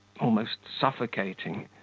almost suffocating.